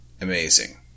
amazing